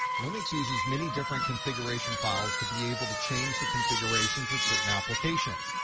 linux uses many different configuration files to be able to change the configurations of certain applications.